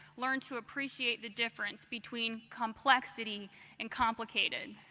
learned to appreciate the difference between complexity and complicated.